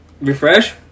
Refresh